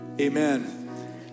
amen